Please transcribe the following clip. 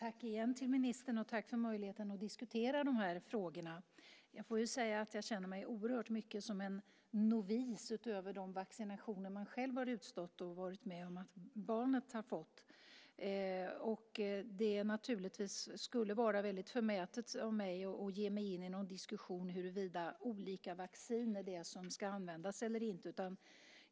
Fru talman! Tack igen, ministern, och tack för möjligheten att få diskutera de här frågorna. Jag får säga att jag känner mig oerhört mycket som en novis utöver de vaccinationer man själv har utstått och varit med om att barnet har fått. Det skulle naturligtvis vara väldigt förmätet av mig att ge mig in i någon diskussion om vilket av olika vaccin som ska användas eller inte.